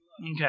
Okay